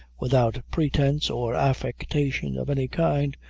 without pretence or affectation of any kind,